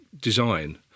design